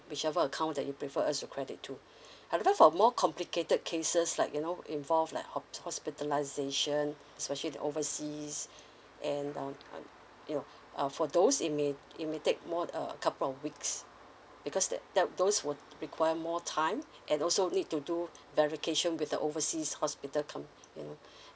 which ever account that you prefer us to credit to however for more complicated cases like you know involve like hos~ hospitalisation especially the overseas and um you know uh for those it may it may take more uh a couple of weeks because that that those would require more time and also need to do verification with the overseas hospital counter